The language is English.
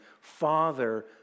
Father